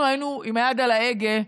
אנחנו היינו עם היד על ההגה,